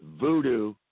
voodoo